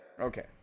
Okay